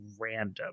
random